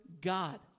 God